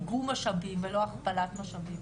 איגום משאבים ולא הכפלת משאבים.